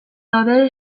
daude